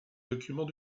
documents